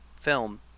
film